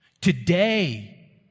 Today